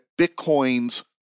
Bitcoin's